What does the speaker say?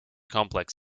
complex